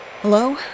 Hello